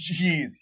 jeez